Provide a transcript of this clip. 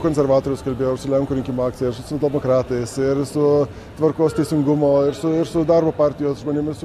konservatorius kalbėjo lenkų rinkimų akcija su socialdemokratais ir su tvarkos teisingumo ir su darbo partijos žmonėmis